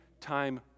time